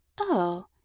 Oh